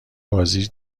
بازی